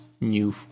new